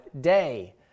day